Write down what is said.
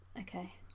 okay